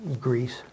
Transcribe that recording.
Greece